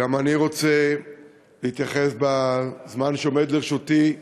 גם אני רוצה להתייחס, בזמן שעומד לרשותי,